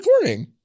recording